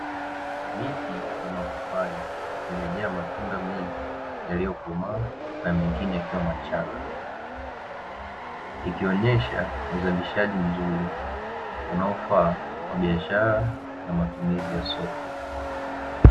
Miti ya mapapai imejaa matunda mengi yaliyokomaa na mengine yakiwa machanga, ikionyesha uzalishaji mzuri unaofaa kwa biashara na matumizi ya soko.